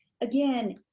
again